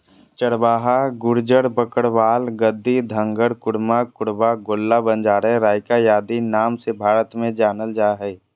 चरवाहा गुज्जर, बकरवाल, गद्दी, धंगर, कुरुमा, कुरुबा, गोल्ला, बंजारे, राइका आदि नाम से भारत में जानल जा हइ